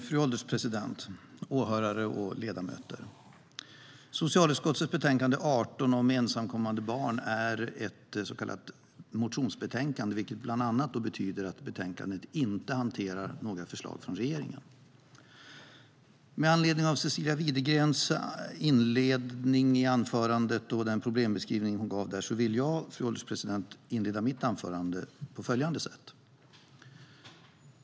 Fru ålderspresident, åhörare och ledamöter! Socialutskottets betänkande 18 om ensamkommande barn är ett så kallat motionsbetänkande, vilket bland annat betyder att betänkandet inte hanterar några förslag från regeringen. Med anledning av Cecilia Widegrens anförande och den problembeskrivning hon gav vill jag, fru ålderspresident, inleda mitt anförande på följande sätt.